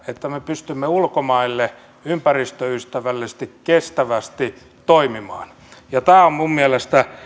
että me pystymme ulkomailla ympäristöystävällisesti kestävästi toimimaan tämä on minun mielestäni